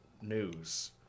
news